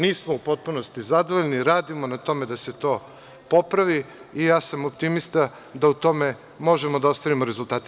Nismo u potpunosti zadovoljni, radimo na tome da se to popravi, i ja sam optimista da u tome možemo da ostvarimo rezultate.